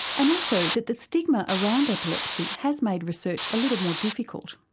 and also that the stigma around epilepsy has made research a little more difficult.